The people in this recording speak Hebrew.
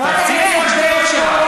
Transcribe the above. ונכנסת לדברים של אחרים.